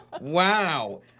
Wow